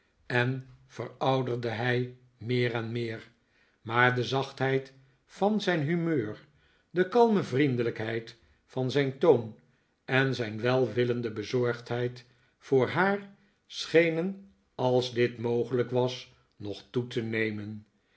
en verouderde hij meer en meer maar de zachtheid van zijn humeur de kalme vriendelijkheid van zijn toon en zijn welwillende bezorgdheid voor haar schenen als dit mogelijk was nog toe te nemen